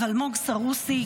אלמוג סרוסי,